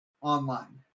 online